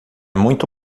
muito